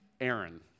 Aaron